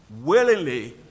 willingly